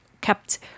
kept